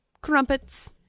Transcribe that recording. crumpets